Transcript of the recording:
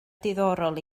diddorol